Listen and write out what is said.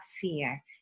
fear